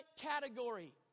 category